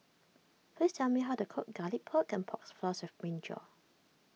please tell me how to cook Garlic Pork and Pork Floss with Brinjal